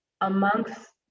amongst